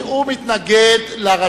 להתנגד להתנגדות שלו?